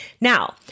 Now